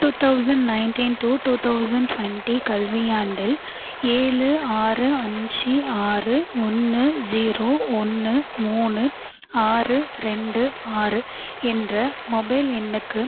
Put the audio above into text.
two thousand nineteen to two thousand twenty கல்வியாண்டில் ஏழு ஆறு அஞ்சு ஆறு ஒன்று ஜீரோ ஒன்று மூணு ஆறு ரெண்டு ஆறு என்ற மொபைல் எண்ணுக்கு